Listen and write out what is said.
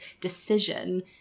decision